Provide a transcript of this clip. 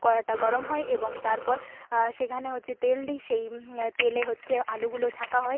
কড়াইটা গরম হয় এবং তারপর সেখানে হচ্ছে তেল দিই সেই তেলে হচ্ছে আলুগুলো ছাঁকা হয়